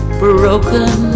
broken